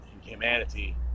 humanity